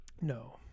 No